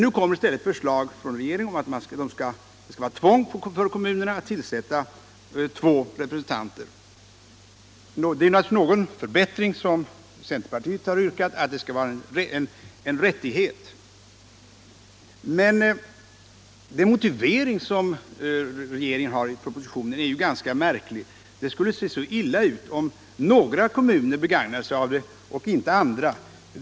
Nu kommer i stället ett förslag från regeringen att det skall vara ett tvång för kommunerna att tillsätta två representanter. Centerpartiets yrkande är naturligtvis en förbättring — där föreslås att detta skall vara en rättighet för kommunerna. Den motivering som regeringen har i pro positionen för att införa ett obligatorium är ganska märklig: det skulle se så illa ut om några kommuner begagnade sig av detta system och andra inte.